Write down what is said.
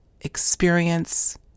experience